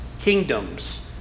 kingdoms